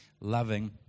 loving